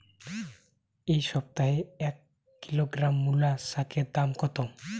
এ সপ্তাহে এক কিলোগ্রাম মুলো শাকের দাম কত?